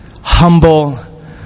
humble